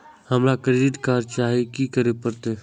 हमरा credit card चाही की करे परतै?